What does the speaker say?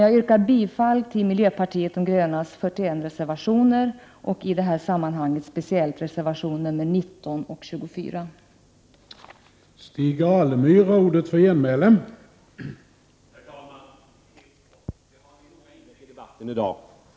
Jag yrkar bifall till miljöpartiet de grönas 41 reservationer — Prot. 1988/89:129 och i detta sammanhang speciellt reservationerna 19 och 24. 6 juni 1989